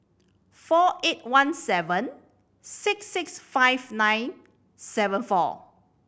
four eight one seven six six five nine seven four